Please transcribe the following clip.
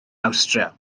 awstria